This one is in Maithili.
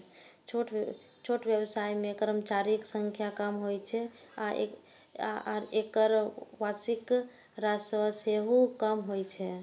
छोट व्यवसाय मे कर्मचारीक संख्या कम होइ छै आ एकर वार्षिक राजस्व सेहो कम होइ छै